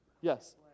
Yes